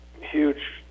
huge